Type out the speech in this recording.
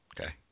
okay